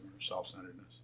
self-centeredness